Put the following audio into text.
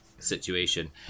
situation